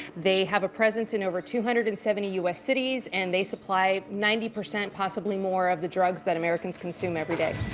they have a presence in over two hundred and seventy u s. cities and they supply ninety, possibly more, of the drugs that americans consume every day.